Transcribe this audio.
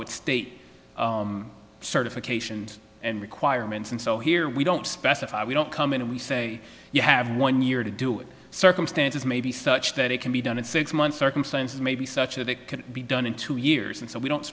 with state certification and requirements and so here we don't specify we don't come in and we say you have one year to do it circumstances may be such that it can be done in six months circumstances may be such that it could be done in two years and so we don't